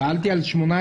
שאלתי על (18).